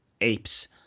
apes